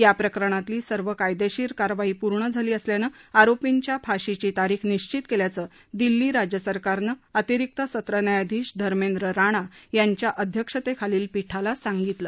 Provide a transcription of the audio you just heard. याप्रकरणातली सर्व कायदेशीर कारवाई पूर्ण झाली असल्यानं आरोपींच्या फाशीची तारीख निश्चित केल्याचं दिल्ली राज्य सरकारनं अतिरिक्त सत्र न्यायाधीश धर्मेद्र राणा यांच्या अध्यक्षतेखालील पीठाला सांगितलं